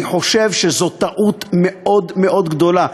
אני חושב שזאת טעות מאוד מאוד גדולה,